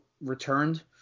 returned